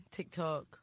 TikTok